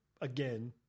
again